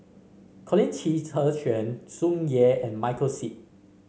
Colin Qi Zhe Quan Tsung Yeh and Michael Seet